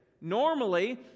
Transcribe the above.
Normally